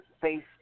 face